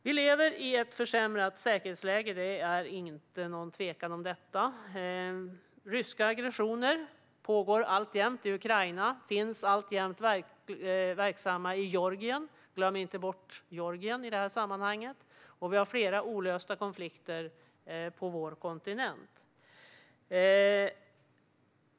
Vi lever i ett försämrat säkerhetsläge - det råder ingen tvekan om detta. Ryska aggressioner pågår alltjämt i Ukraina, och Ryssland är alltjämt verksamt i Georgien - glöm inte bort Georgien i det här sammanhanget! Utöver dessa finns fler olösta konflikter på vår kontinent.